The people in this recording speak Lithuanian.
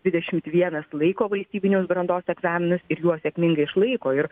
dvidešimt vienas laiko valstybinius brandos egzaminus ir juos sėkmingai išlaiko ir